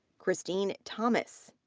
christine thomas.